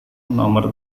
nomor